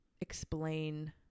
explain